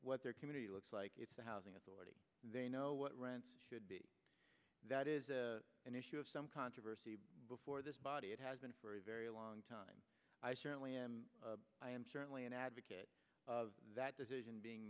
what their community looks like it's the housing authority they know what rents should be that is an issue of some controversy before this body it has been for a very long time i certainly am i am certainly an advocate of that decision being